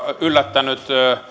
yllättänyt